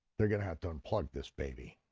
they're going to have to unplug this baby.